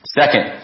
Second